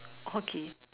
hockey